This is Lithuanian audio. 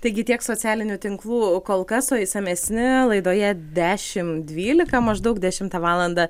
taigi tiek socialinių tinklų kol kas o išsamesni laidoje dešim dvylika maždaug dešimtą valandą